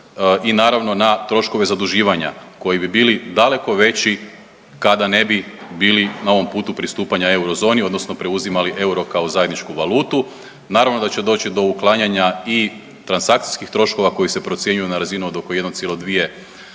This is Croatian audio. I naravno na troškove zaduživanja koji bi bili daleko veći kada ne bi bili na ovom putu pristupanja eurozoni odnosno preuzimali euro kao zajedničku valutu. Naravno da će doći do uklanjanja i transakcijskih troškova koji se procjenjuju na razinu od oko 1,2